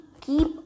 keep